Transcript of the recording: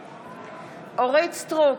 בעד אורית מלכה סטרוק,